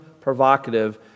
provocative